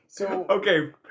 Okay